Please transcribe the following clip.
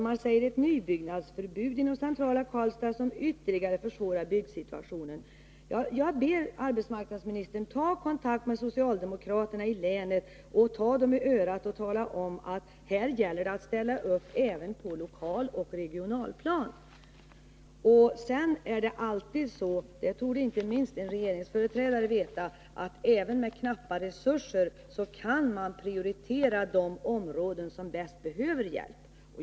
Man utfärdar ett nybyggnadsförbud i det centrala Karlstad, något som ytterligare försvårar byggsituationen. Jag ber arbetsmarknadsministern att ta kontakt med socialdemokraterna i länet, ta dem i örat och tala om att här gäller det att ställa upp även på lokalt och regionalt plan. Det är alltid så att man — och det torde inte minst en regeringsföreträdare veta — även med knappa resurser kan prioritera de områden som bäst behöver hjälp.